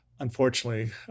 unfortunately